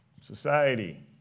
society